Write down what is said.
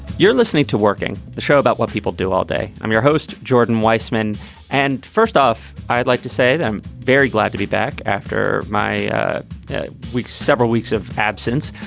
you're listening to working the show about what people do all day. i'm your host. jordan weissman and first off i'd like to say i'm very glad to be back after my week several weeks of absence.